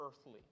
earthly